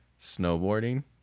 snowboarding